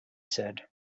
said